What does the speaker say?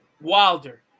Wilder